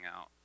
out